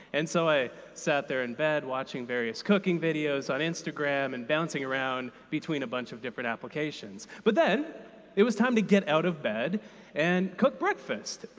and so i sat there in bed watching various cooking videos on instagram and bouncing around between a bunch of different applications. but then it was time to get out of bed and cook breakfast,